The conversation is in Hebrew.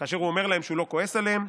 כאשר הוא אומר להם שהוא לא כועס עליהם.